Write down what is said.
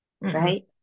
Right